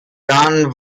dann